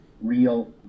real